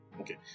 Okay